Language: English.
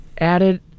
Added